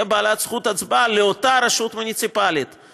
בעלת זכות הצבעה לאותה רשות מוניציפלית,